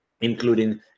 including